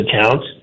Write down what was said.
account